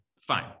fine